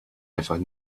einfach